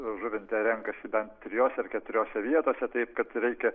žuvinte renkasi bent trijose keturiose vietose taip kad reikia